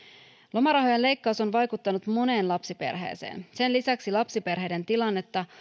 lomarahojen leikkaus on vaikuttanut moneen lapsiperheeseen sen lisäksi lapsiperheiden tilannetta